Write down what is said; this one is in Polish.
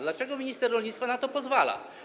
Dlaczego minister rolnictwa na to pozwala?